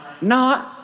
no